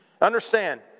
Understand